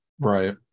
right